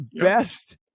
best